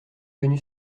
venu